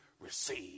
receive